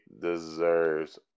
deserves